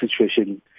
situation